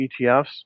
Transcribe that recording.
ETFs